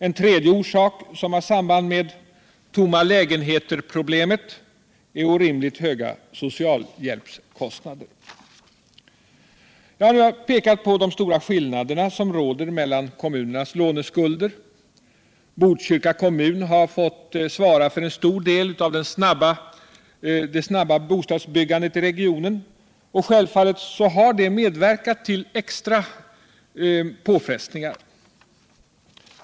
En tredje orsak som har samband med tomma-lägenheter-problemet är orimligt höga socialhjälpskostnader. Jag har pekat på de stora skillnader som råder mellan kommunernas låneskulder. Botkyrka kommun har fått svara för en stor del av det snabba bostadsbyggandet i regionen, och självfallet har det medverkat till extra påfrestningar.